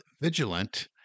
vigilant